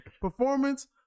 performance